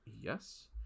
Yes